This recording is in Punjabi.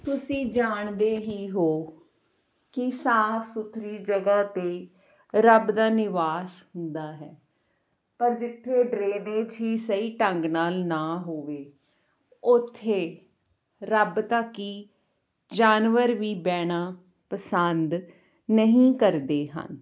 ਤੁਸੀਂ ਜਾਣਦੇ ਹੀ ਹੋ ਕਿ ਸਾਫ਼ ਸੁਥਰੀ ਜਗ੍ਹਾ 'ਤੇ ਰੱਬ ਦਾ ਨਿਵਾਸ ਹੁੰਦਾ ਹੈ ਪਰ ਜਿੱਥੇ ਡਰੇਨੇਜ ਹੀ ਸਹੀ ਢੰਗ ਨਾਲ ਨਾ ਹੋਵੇ ਉੱਥੇ ਰੱਬ ਤਾਂ ਕੀ ਜਾਨਵਰ ਵੀ ਬਹਿਣਾ ਪਸੰਦ ਨਹੀਂ ਕਰਦੇ ਹਨ